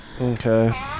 Okay